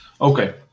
Okay